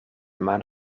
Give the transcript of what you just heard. maan